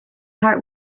heart